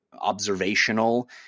observational